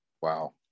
Wow